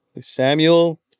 Samuel